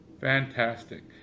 Fantastic